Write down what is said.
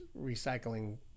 recycling